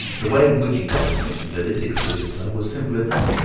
the way in which he got admission to this exclusive club was simple enough.